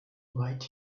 right